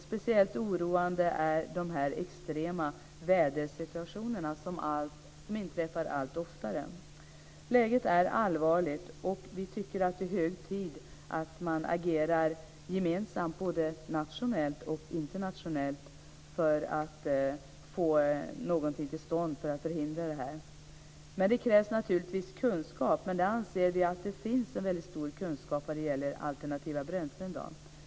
Speciellt oroande är de extrema vädersituationer som uppstår allt oftare. Läget är allvarligt, och vi tycker att det är hög tid att man agerar gemensamt både nationellt och internationellt för att få någonting till stånd för att förhindra detta. Det krävs naturligtvis kunskap, men vi anser att det finns en stor kunskap när det gäller alternativa bränslen i dag.